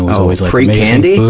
oh, free candy?